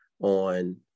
on